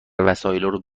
وسایلارو